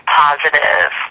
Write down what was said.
positive